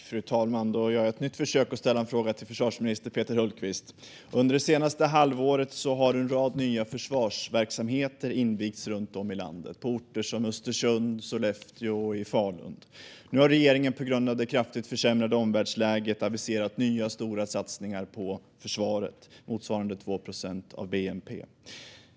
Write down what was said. Fru talman! Jag gör ett nytt försök att ställa en fråga till försvarsminister Peter Hultqvist. Under det senaste halvåret har en rad nya försvarsverksamheter invigts runt om i landet, på orter som Östersund, Sollefteå och Falun. Nu har regeringen på grund av det kraftigt försämrade omvärldsläget aviserat nya stora satsningar på försvaret motsvarande 2 procent av bnp.